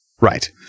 right